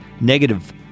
negative